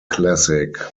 classic